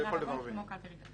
כמו קלפי רגילה לכל דבר